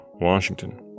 Washington